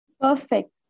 Perfect